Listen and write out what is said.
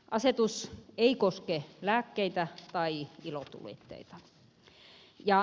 asetus ei koske lääkkeitä tai ilotulitteita